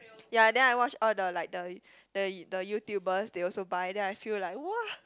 ya then I watch all the like the the the YouTubers they also buy then I feel like !wah!